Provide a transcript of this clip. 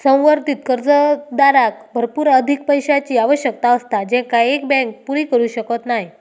संवर्धित कर्जदाराक भरपूर अधिक पैशाची आवश्यकता असता जेंका एक बँक पुरी करू शकत नाय